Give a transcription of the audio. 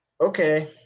Okay